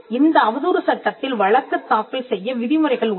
இந்த அவதூறு சட்டத்தில் வழக்குத் தாக்கல் செய்ய விதிமுறைகள் உள்ளன